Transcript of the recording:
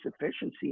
efficiency